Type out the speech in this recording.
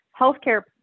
healthcare